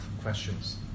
questions